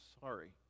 sorry